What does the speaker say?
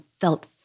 felt